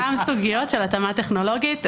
יש גם סוגיות של התאמה טכנולוגית.